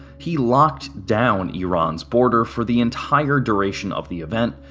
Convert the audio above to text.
he locked down iran's borders for the entire duration of the event,